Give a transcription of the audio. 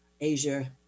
Asia